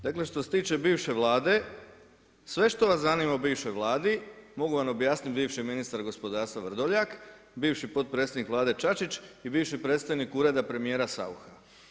Dakle, što se tiče bivše Vlade, sve što vas zanima o bivšoj Vladi može vam objasniti bivši ministar gospodarstva Vrdoljak, bivši potpredsjednik Vlade Čačić i bivši predstojnik Ureda premijera Saucha.